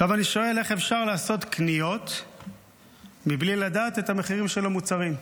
עכשיו אני שואל: איך אפשר לעשות קניות בלי לדעת את המחירים של המוצרים?